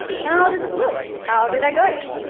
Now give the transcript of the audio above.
how does it look? how did i go?